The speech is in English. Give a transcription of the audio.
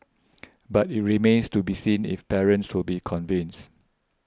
but it remains to be seen if parents to be convinced